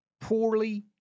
poorly